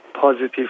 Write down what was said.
positive